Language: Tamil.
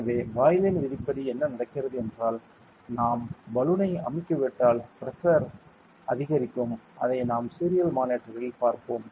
எனவே பாய்லின் விதியின்படி என்ன நடக்கிறது என்றால் நாம் பலூனை அமுக்கிவிட்டால் பிரஷர் அதிகரிக்கும் அதை நாம் சீரியல் மானிட்டரில் பார்ப்போம்